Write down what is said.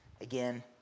Again